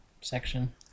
section